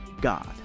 God